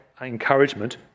encouragement